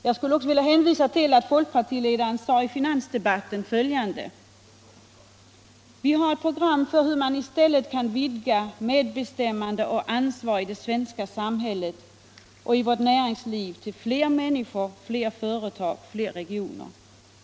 Jag skulle också vilja hänvisa till att folkpartiledaren i finansdebatten sade följande: ”Vi har ett program för hur man i stället kan vidga medbestämmande och ansvar i det svenska samhället och i vårt näringsliv till fler människor, fler företag, fler regioner.